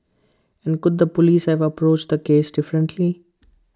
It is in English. and could the Police have approached this case differently